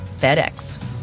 FedEx